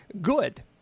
good